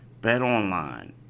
BetOnline